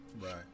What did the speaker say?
Right